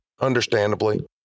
understandably